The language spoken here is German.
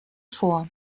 vor